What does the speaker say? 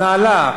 נעלָה,